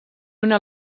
una